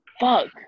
Fuck